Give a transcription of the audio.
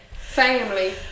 Family